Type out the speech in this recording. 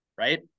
right